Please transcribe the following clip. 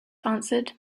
answered